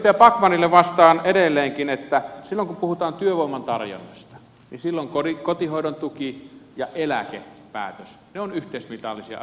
edustaja backmanille vastaan edelleenkin että silloin kun puhutaan työvoiman tarjonnasta niin silloin kotihoidon tuki ja eläkepäätös ovat yhteismitallisia asioita